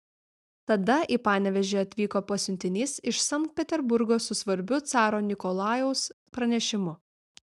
tada į panevėžį atvyko pasiuntinys iš sankt peterburgo su svarbiu caro nikolajaus pranešimu